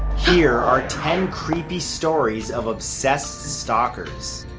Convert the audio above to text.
here are ten creepy stories of obsessed stalkers.